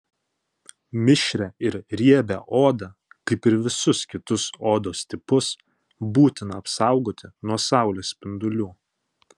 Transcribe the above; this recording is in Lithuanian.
mišrią ir riebią odą kaip ir visus kitus odos tipus būtina apsaugoti nuo saulės spindulių